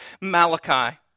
Malachi